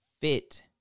fit